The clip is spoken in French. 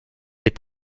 est